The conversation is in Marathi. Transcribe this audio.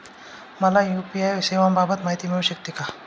मला यू.पी.आय सेवांबाबत माहिती मिळू शकते का?